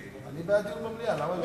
אני בעד דיון במליאה, למה לא?